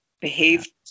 behaved